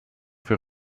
für